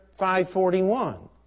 541